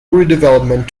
redevelopment